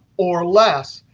or less,